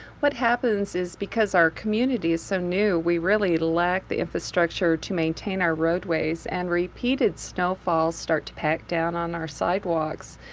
what happens is because our community is so new we really lack the infrastructure to maintain our roadways, and repeated snowfalls start to pack down on our sidewalks.